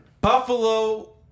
Buffalo